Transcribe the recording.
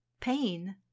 Pain